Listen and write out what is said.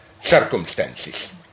circumstances